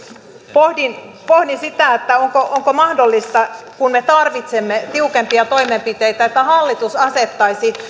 pohdin pohdin sitä onko mahdollista kun me tarvitsemme tiukempia toimenpiteitä että hallitus asettaisi